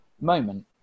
moment